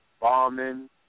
bombing